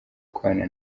kubana